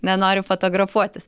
nenori fotografuotis